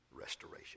restoration